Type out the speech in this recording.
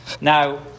Now